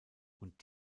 und